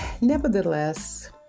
nevertheless